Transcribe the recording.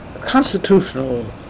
constitutional